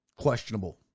Questionable